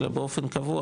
אלא באופן קבוע,